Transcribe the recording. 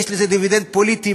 יש לזה דיבידנד פוליטי,